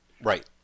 Right